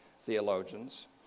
theologians